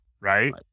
right